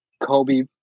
Kobe